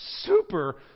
super